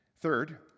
Third